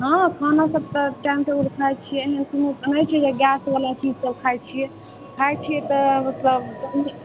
हँ खानासब तऽ टाइम टेबुल खाइ छिए लेकिन कहै छी हे गैसवला चीजसब खाइ छिए खाइ छिए तऽ मतलब